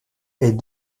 est